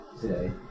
today